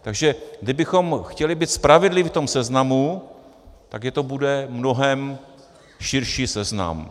Takže kdybychom chtěli být spravedliví v tom seznamu, tak to bude mnohem širší seznam.